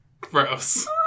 Gross